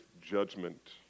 judgment